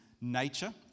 nature